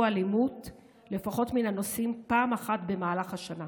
אלימות מן הנוסעים לפחות פעם אחת במהלך השנה.